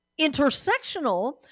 intersectional